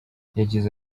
yagize